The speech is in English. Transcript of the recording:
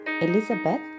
Elizabeth